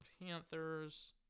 Panthers